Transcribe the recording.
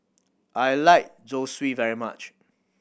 I like Zosui very much